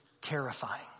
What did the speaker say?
terrifying